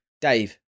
Dave